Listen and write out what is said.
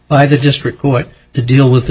by the district court to deal with the